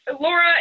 Laura